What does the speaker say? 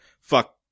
fuck